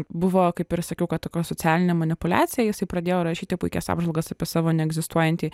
buvo kaip ir sakiau kad tokia socialinė manipuliacija jisai pradėjo rašyti puikias apžvalgas apie savo neegzistuojantį